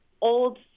old